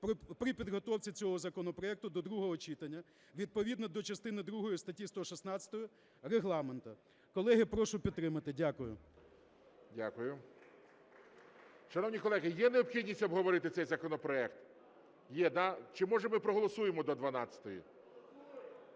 при підготовці цього законопроекту до другого читання відповідно до частини другої статті 116 Регламенту. Колеги, прошу підтримати. Дякую. ГОЛОВУЮЧИЙ. Дякую. Шановні колеги, є необхідність обговорити цей законопроект? Є, да? Чи, може, ми проголосуємо до 12-ї?